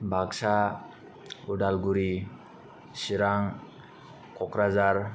Baksa Udalguri Chirang Kokrajhar